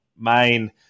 main